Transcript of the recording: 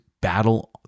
battle